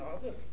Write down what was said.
others